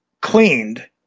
cleaned